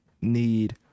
need